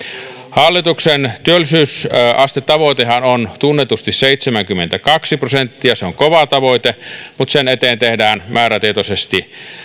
hallituksen työllisyysastetavoitehan on tunnetusti seitsemänkymmentäkaksi prosenttia se on kova tavoite mutta sen eteen tehdään määrätietoisesti